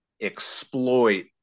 exploit